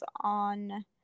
on